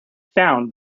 found